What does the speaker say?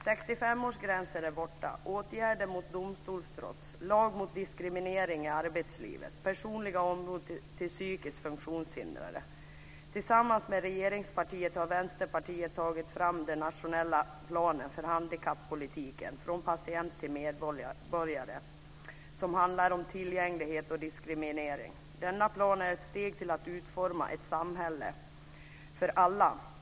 65-årsgränsen är borta, åtgärder mot domstolstrots, lag mot diskriminering i arbetslivet, personliga ombud till psykiskt funktionshindrade - för att nämna några åtgärder. Tillsammans med regeringspartiet har Vänsterpartiet tagit fram den nationella planen för handikappolitiken Från patient till medborgare som handlar om tillgänglighet och diskriminering. Denna plan är ett steg till att utforma ett samhälle för alla.